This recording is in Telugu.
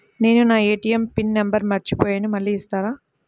నేను నా ఏ.టీ.ఎం పిన్ నంబర్ మర్చిపోయాను మళ్ళీ ఇస్తారా?